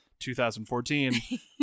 2014